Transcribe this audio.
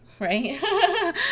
right